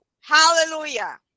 Hallelujah